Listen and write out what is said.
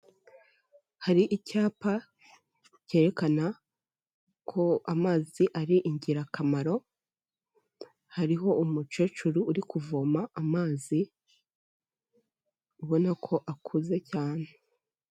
Hari icyapa cyerekana ko amazi ari ingirakamaro, hariho umukecuru uri kuvoma amazi ubona ko akuze cyane.